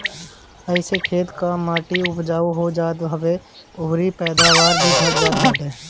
एसे खेत कअ माटी उपजाऊ हो जात हवे अउरी पैदावार भी बढ़ जात बाटे